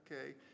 okay